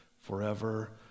forever